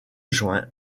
juin